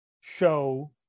show